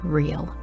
real